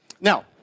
Now